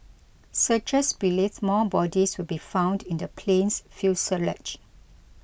searchers believes more bodies will be found in the plane's fuselage